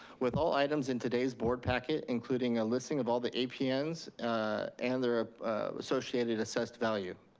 with all items in today's board packet, including a listing of all the apns and their associated assessed value,